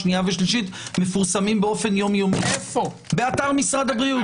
שנייה ושלישית מפורסמים באופן יום-יומי באתר משרד הבריאות.